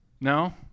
No